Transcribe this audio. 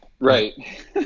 Right